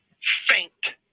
faint